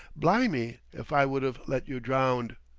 blimmy if i wouldn't've let you drownd!